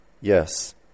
Yes